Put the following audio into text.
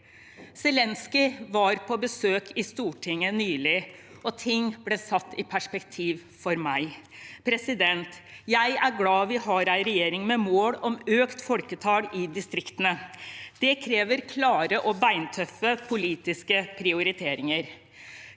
Zelenskyj var på besøk i Stortinget nylig, og ting ble satt i perspektiv for meg. Jeg er glad vi har en regjering med mål om økt folketall i distriktene. Det krever klare og beintøffe politiske prioriteringer.